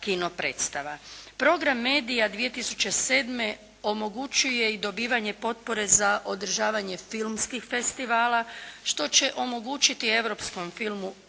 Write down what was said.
Program Media 2007. omogućuje i dobivanje potpore za održavanje filmskih festivala što će omogućiti europskom filmu,